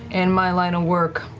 in my line of work,